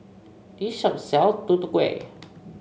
this shop sells Tutu Kueh